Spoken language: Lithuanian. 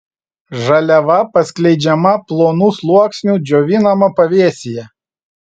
žaliava paskleidžiama plonu sluoksniu džiovinama pavėsyje